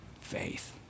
faith